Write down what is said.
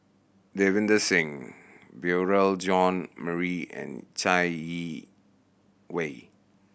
Davinder Singh Beurel John Marie and Chai Yee Wei